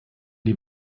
die